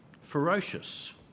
Ferocious